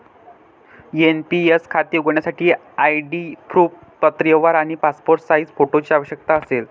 NPS खाते उघडण्यासाठी ID proof, पत्रव्यवहार आणि पासपोर्ट साइज फोटोची आवश्यकता असेल